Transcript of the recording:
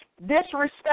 disrespect